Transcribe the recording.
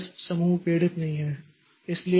तो यह समूह पीड़ित नहीं है